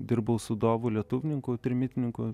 dirbau su dovu lietvninku trimitininku